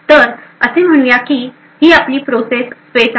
तर असे म्हणूया की ही आपली प्रोसेस स्पेस आहे